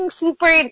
super